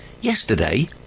yesterday